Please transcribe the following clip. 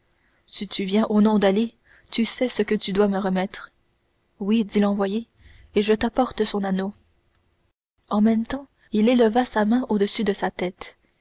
si tu viens au nom d'ali tu sais ce que tu dois me remettre oui dit l'envoyé et je t'apporte son anneau en même temps il éleva sa main au-dessus de sa tête